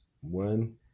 one